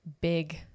big